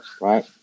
right